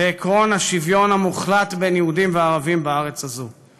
בעקרון השוויון המוחלט בין יהודים לערבים בארץ הזו.